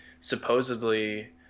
supposedly